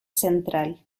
central